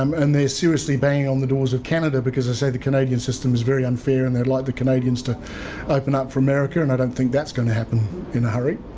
um and they're seriously banging on the doors of canada because they said the canadian system's very unfair and they'd like the canadians to open up for america and i don't think that's going to happen in a hurry.